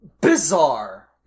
bizarre